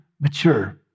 mature